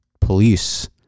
police